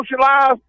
socialize